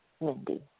Mindy